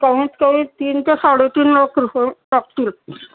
कमीत कमी तीन ते साडे तीन लाख रुपये लागतील